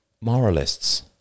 Moralists